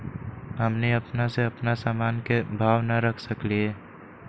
हमनी अपना से अपना सामन के भाव न रख सकींले?